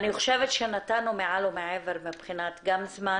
אני חושבת שנתנו מעל ומעבר גם מבחינת זמן,